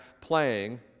playing